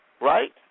Right